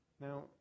Now